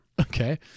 Okay